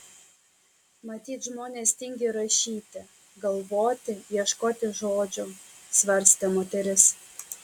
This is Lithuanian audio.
matyt žmonės tingi rašyti galvoti ieškoti žodžių svarstė moteris